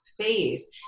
phase